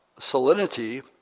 salinity